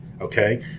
Okay